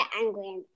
angry